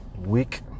week